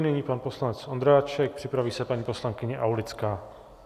Nyní pan poslanec Ondráček, připraví se paní poslankyně Aulická.